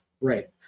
Right